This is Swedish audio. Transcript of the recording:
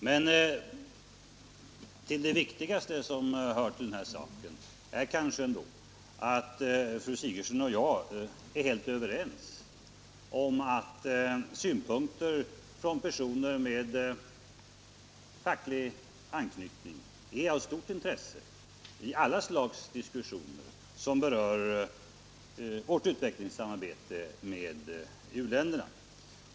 Men det viktigaste är kanske ändå att fru Sigurdsen och jag är helt överens om att synpunkter från personer med facklig anknytning är av stort intresse i alla slags diskussioner som berör vårt samarbete med utvecklingsländerna.